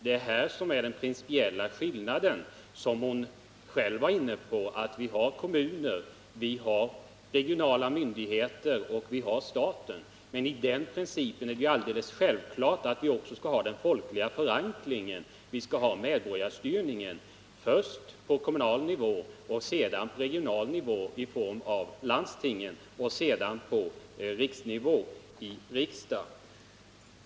Det är ett uttryck för den principiella skillnaden mellan oss, som hon själv var inne på. Vi har kommuner, vi har regionala myndigheter och vi har staten. Men det är då alldeles självklart att vi också skall ha den folkliga förankringen i samtliga led. Vi skall ha medborgarstyrningen, först på kommunal nivå i kommunfullmäktige, sedan på regional nivå i form av landstingen och sedan på riksnivå i riksdagen.